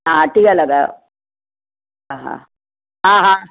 हा टीह लॻायो हा हा हा